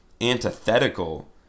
antithetical